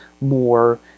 more